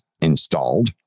installed